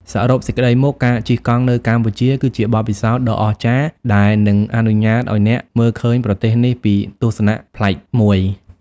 សរុបសេចក្ដីមក ការជិះកង់នៅកម្ពុជា គឺជាបទពិសោធន៍ដ៏អស្ចារ្យដែលនឹងអនុញ្ញាតឱ្យអ្នកមើលឃើញប្រទេសនេះពីទស្សនៈប្លែកមួយ។